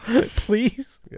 please